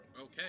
Okay